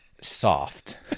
soft